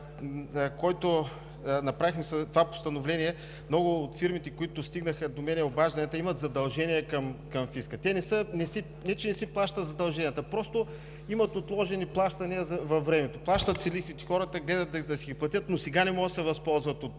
който направихме с това Постановление, много от фирмите, чиито обаждания стигнаха до мен, имат задължения към фиска. Те не че не си плащат задълженията, просто имат отложени плащания във времето – плащат си лихвите хората, гледат да си ги платят, но сега не могат да се възползват от